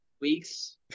weeks